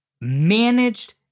managed